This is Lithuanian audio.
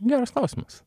geras klausimas